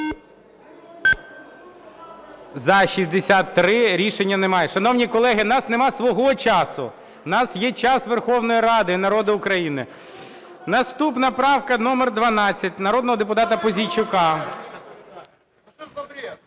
За-63. Рішення немає. Шановні колеги, у нас нема свого часу. У нас є час Верховної Ради і народу України. Наступна правка номер 12 народного депутата Пузійчука.